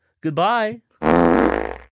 goodbye